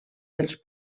dels